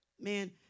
Man